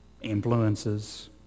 influences